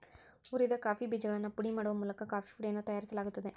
ಹುರಿದ ಕಾಫಿ ಬೇಜಗಳನ್ನು ಪುಡಿ ಮಾಡುವ ಮೂಲಕ ಕಾಫೇಪುಡಿಯನ್ನು ತಯಾರಿಸಲಾಗುತ್ತದೆ